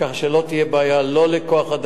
כך שלא תהיה בעיה לא לכוח-אדם,